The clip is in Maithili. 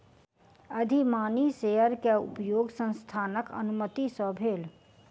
अधिमानी शेयर के उपयोग संस्थानक अनुमति सॅ भेल